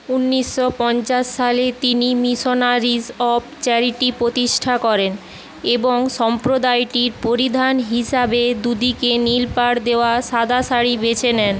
উনিশশো পঞ্চাশ সালে তিনি মিশনারিজ অফ চ্যারিটি প্রতিষ্ঠা করেন এবং সম্প্রদায়টির পরিধান হিসাবে দুদিকে নীল পাড় দেওয়া সাদা শাড়ি বেছে নেন